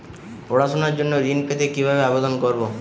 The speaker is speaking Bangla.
পড়াশুনা জন্য ঋণ পেতে কিভাবে আবেদন করব?